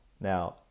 Now